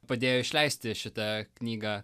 padėjo išleisti šitą knygą